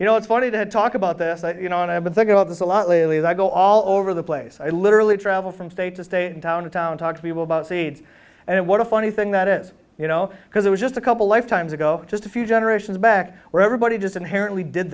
you know it's funny to talk about this you know and i've been thinking about this a lot lately and i go all over the place i literally travel from state to state in town to town talk to people about seeds and what a funny thing that is you know because it was just a couple lifetimes ago just a few generations back where everybody just inherently did